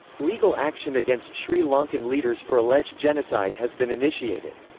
legal action against sri lankan leaders for alleged genocide has been initiated.